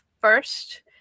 first